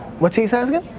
what's he so asking?